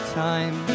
time